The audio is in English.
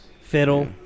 Fiddle